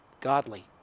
godly